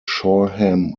shoreham